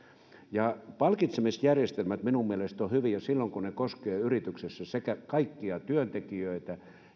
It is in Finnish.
palkitsemisjärjestelmät minun mielestäni ovat hyviä silloin kun ne koskevat yrityksessä kaikkia työntekijöitä